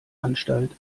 anstalt